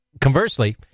conversely